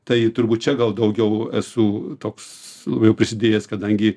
tai turbūt čia gal daugiau esu toks jau prisidėjęs kadangi